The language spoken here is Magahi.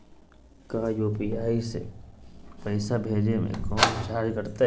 का यू.पी.आई से पैसा भेजे में कौनो चार्ज कटतई?